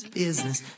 business